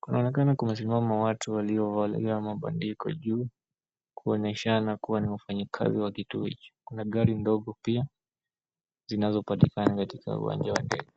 Kunaonekana kumesimama watu waliovalia mabandiko juu kuoneahana kua ni wafanyikazi wa kituo hichi. Kuna gari ndogo zinazopatikana kwenye uwanja wa ndege.